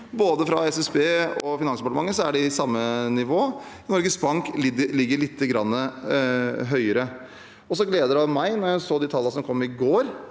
både av SSB og av Finansdepartementet, er de på samme nivå. Norges Bank ligger lite grann høyere. Så gledet det meg da jeg så de tallene som kom i går,